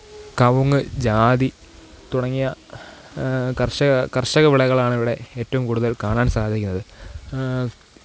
കഴുങ്ങ് ജാതി തുടങ്ങിയ കര്ഷക കര്ഷകവിളകളാണ് ഇവിടെ ഏറ്റവും കൂടുതല് കാണാന് സാധിക്കുന്നത്